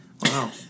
Wow